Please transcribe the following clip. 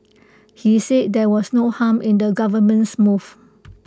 he said there was no harm in the government's move